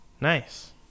nice